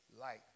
light